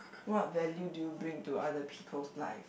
what value do you bring to other people's life